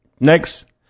Next